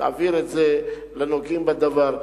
תעביר את זה לנוגעים בדבר.